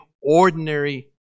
ordinary